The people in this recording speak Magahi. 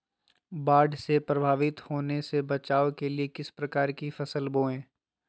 बाढ़ से प्रभावित होने से बचाव के लिए किस प्रकार की फसल बोए?